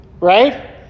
right